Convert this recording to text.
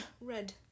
red